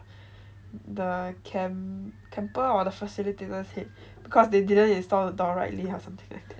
the camp camper or the facilitators head because they didn't install the door rightly something like that